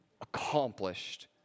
accomplished